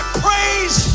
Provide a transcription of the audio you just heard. praise